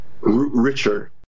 richer